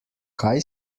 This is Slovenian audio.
kaj